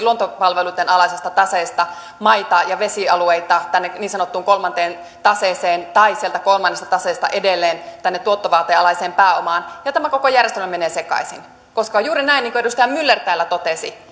luontopalveluitten alaisesta taseesta maita ja vesialueita tähän niin sanottuun kolmanteen taseeseen tai sieltä kolmannesta taseesta edelleen tähän tuottovaateen alaiseen pääomaan ja tämä koko järjestelmä menee sekaisin koska on juuri näin niin kuin edustaja myller täällä totesi että